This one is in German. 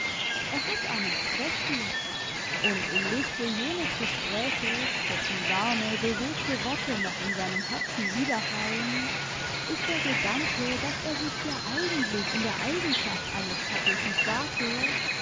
er hat einen zweck hier und im lichte jenes gespräches dessen warme bewegte worte noch in seinem herzen widerhallen ist der gedanke daß er sich hier eigentlich in der eigenschaft eines